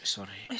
Sorry